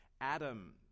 Adam